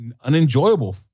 unenjoyable